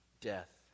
death